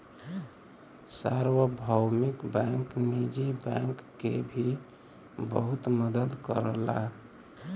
सार्वभौमिक बैंक निजी बैंक के भी बहुत मदद करला